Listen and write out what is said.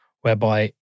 whereby